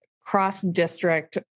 cross-district